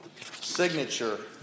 signature